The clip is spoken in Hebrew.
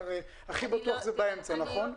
הכי בטוח זה באמצע, נכון?